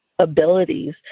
abilities